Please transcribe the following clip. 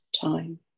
time